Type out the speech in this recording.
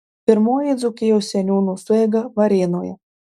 pirmoji dzūkijos seniūnų sueiga varėnoje